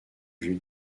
vue